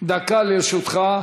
דקה לרשותך.